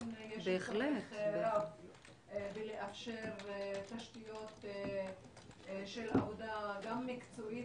יש צורך רב לאפשר תשתיות של עבודה מקצועית